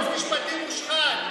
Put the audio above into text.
על יועץ משפטי מושחת,